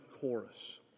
chorus